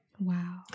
Wow